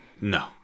no